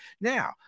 Now